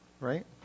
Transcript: right